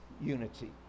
unity